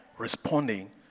Responding